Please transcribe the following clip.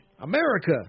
America